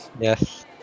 Yes